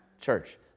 church